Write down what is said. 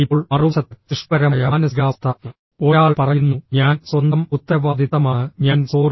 ഇപ്പോൾ മറുവശത്ത് സൃഷ്ടിപരമായ മാനസികാവസ്ഥ ഒരാൾ പറയുന്നു ഞാൻ സ്വന്തം ഉത്തരവാദിത്തമാണ് ഞാൻ sorry